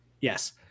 Yes